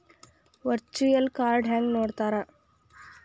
Virtual ಕಾರ್ಡ್ನ ಹೆಂಗ್ ನೋಡ್ತಾರಾ?